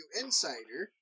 Insider